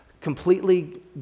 completely